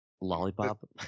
Lollipop